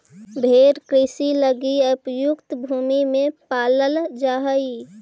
भेंड़ कृषि लगी अनुपयुक्त भूमि में पालल जा हइ